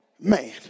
man